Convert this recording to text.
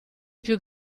più